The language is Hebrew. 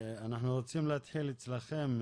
אנחנו רוצים להתחיל אצלכם,